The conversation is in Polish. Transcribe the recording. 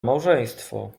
małżeństwo